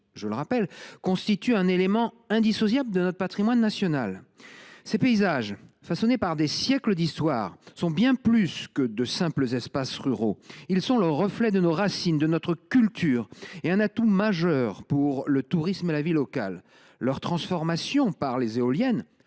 je le répète, constituent un élément indissociable de notre patrimoine national ? Ces paysages, façonnés par des siècles d’histoire, sont bien plus que de simples espaces ruraux : ils sont le reflet de nos racines, de notre culture, et un atout majeur pour le tourisme et la vie locale. Leur transformation par les éoliennes,